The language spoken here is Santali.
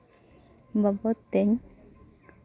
ᱵᱟᱵᱚᱛ ᱛᱮᱧ